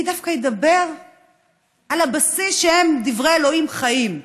אני דווקא אדבר על הבסיס, שהם דברי אלוהים חיים.